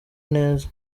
neza